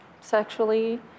sexually